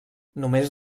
només